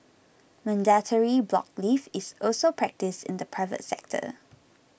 mandatory block leave is also practised in the private sector